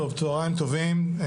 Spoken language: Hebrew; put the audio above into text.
צהריים טובים.